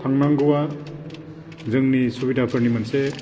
थांनांगौआ जोंनि सुबिदाफोरनि मोनसे